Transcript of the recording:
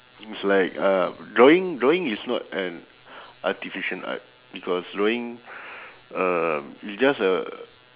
it's like uh drawing drawing is not an artificial art because drawing um it's just a